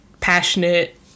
passionate